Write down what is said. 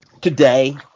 today